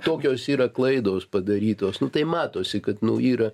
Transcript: tokios yra klaidos padarytos nu tai matosi kad nu yra